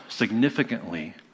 Significantly